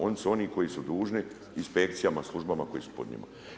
Oni su oni koji su dužni inspekcijama, službama koje su pod njima.